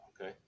Okay